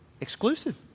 Exclusive